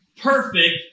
perfect